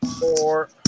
four